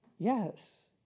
Yes